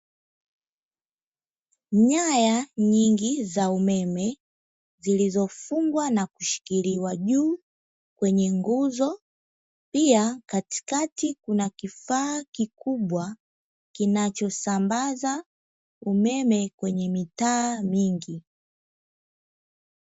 Nyaya nyingi za umeme zilizofungwa na kushikiliwa juu kwenye nguzo, pia katikati kuna kifaa kikubwa kinachosambaza umeme kwenye mitaa mingi.